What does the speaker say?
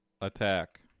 attack